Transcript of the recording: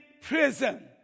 prison